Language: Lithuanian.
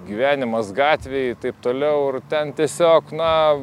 gyvenimas gatvėj taip toliau ir ten tiesiog na